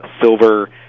silver